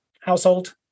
household